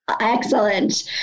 Excellent